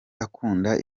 akunda